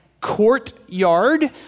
courtyard